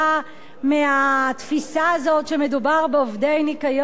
מהתפיסה הזאת שמדובר בעובדי ניקיון ואבטחה.